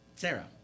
Sarah